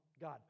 God